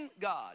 God